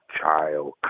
child